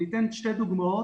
אני אתן שתי דוגמאות.